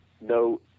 no